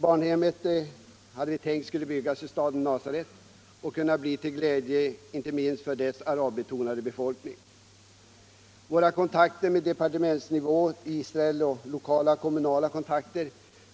Barnhemmet skulle byggas i staden Nasaret och kunna bli till glädje inte minst för dess arabbefolkning. Våra kontakter i Israel såväl på departementsnivå som på kommunal nivå